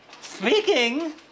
Speaking